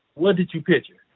what did you picture?